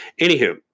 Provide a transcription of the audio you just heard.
Anywho